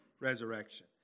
resurrection